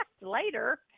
later